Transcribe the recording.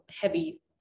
heavy